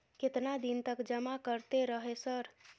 केतना दिन तक जमा करते रहे सर?